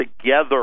together